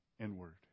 inward